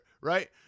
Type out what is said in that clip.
right